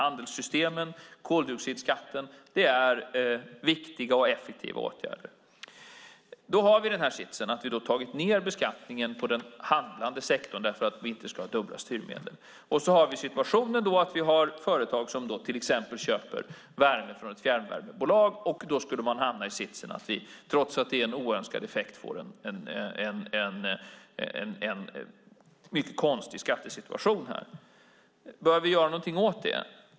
Handelssystemen och koldioxidskatten är viktiga och effektiva åtgärder. Då har vi situationen att vi har tagit ned beskattningen på den handlande sektorn, eftersom vi inte ska ha dubbla styrmedel, och situationen att företag exempelvis köper värme från ett fjärrvärmebolag. Då skulle vi hamna i sitsen att vi, trots att det är en oönskad effekt, får en konstig skattesituation. Bör vi göra något åt det?